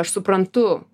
aš suprantu